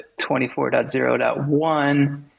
24.0.1